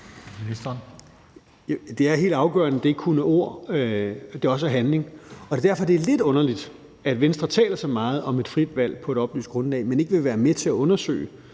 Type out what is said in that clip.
Det er helt afgørende, at det ikke kun er ord, men at det også er handling. Og det er derfor, det er lidt underligt, at Venstre taler så meget om et frit valg på et oplyst grundlag, men ikke vil være med til at undersøge